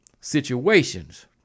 situations